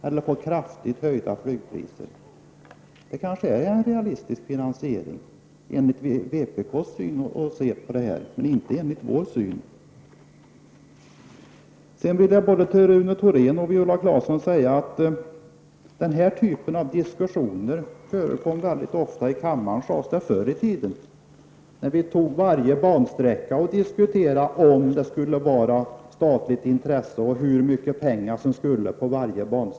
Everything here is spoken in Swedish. Det är kanske enligt vpk:s sätt att se fråga om realistiska finansieringsalternativ, men inte enligt vårt sätt att se. Jag vill vidare till både Rune Thorén och Viola Claesson säga att den här typen av diskussioner lär ha förekommit mycket ofta i kammaren förr i tiden, när vi tog upp varje bansträcka och diskuterade om den var av intresse för staten och hur mycket pengar som skulle anslås till den.